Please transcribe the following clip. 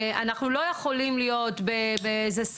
אנחנו לא יכולים להיות בסחבת.